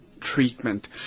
treatment